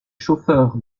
chauffeurs